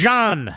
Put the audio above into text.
John